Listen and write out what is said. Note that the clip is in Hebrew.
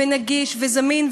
ונגיש וזמין,